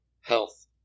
health